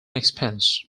expense